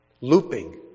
looping